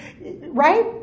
right